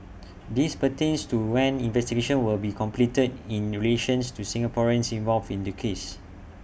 this pertains to when investigations will be completed in relations to the Singaporeans involved in the case